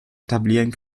etablieren